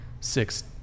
six